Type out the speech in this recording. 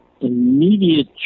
immediate